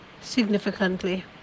significantly